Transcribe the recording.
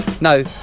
no